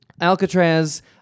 Alcatraz